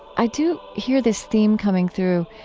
i do hear this theme coming through,